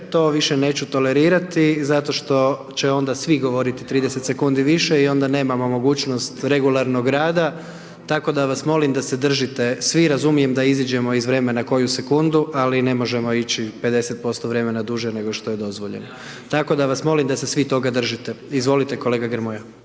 to više neću tolerirati zato što će onda svi govoriti 30 sekundi više i onda nemamo mogućnost regularnog rada tako da vas molim da se držite, svi razumijem da iziđemo iz vremena koju sekundu, ali ne možemo ići 50% vremena duže nego što je dozvoljeno. Tako da vas molim da se svi toga držite. Izvolite kolega Grmoja.